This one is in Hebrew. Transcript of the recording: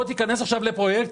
בוא תיכנס עכשיו לפרויקט.